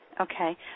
Okay